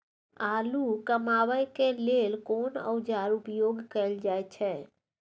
आलू कमाबै के लेल कोन औाजार उपयोग कैल जाय छै?